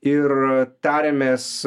ir tariamės